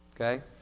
Okay